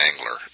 angler